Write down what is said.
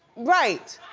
right.